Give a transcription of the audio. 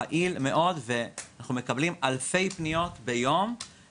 הוא פעיל מאוד ואנחנו מקבלים אלפי פניות ביום.